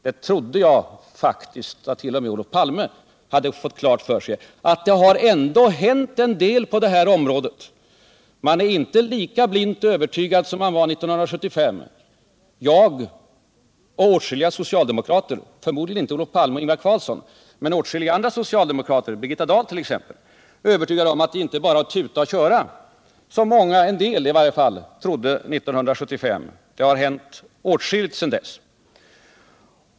Det trodde jag faktiskt att t.o.m. Olof Palme hade fått klart för sig. Det har ändå hänt en del på det här området. Man är inte /ika blint övertygad om kärnenergins fördelar som man var 1975. Jag och åtskilliga socialdemokrater, förmodligen inte Olof Palme och Ingvar Carlsson, men åtskilliga andra socialdemokrater, Birgitta Dahlt.ex., är övertygade om att det inte bara är att tuta och köra, som i varje fall en del trodde 1975. Det har hänt åtskilligt sedan dess.